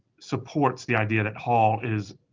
supports the idea that hull is